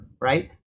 right